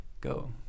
Go